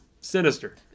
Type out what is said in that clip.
sinister